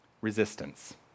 Resistance